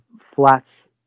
flats